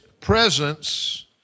presence